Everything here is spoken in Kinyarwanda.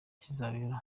kizabera